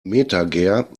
metager